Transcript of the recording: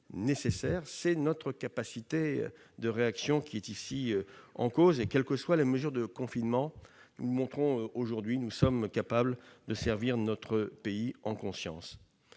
C'est notre capacité de réaction qui est ici en cause : quelles que soient les mesures de confinement, nous montrons aujourd'hui que nous sommes capables de servir notre pays en conscience.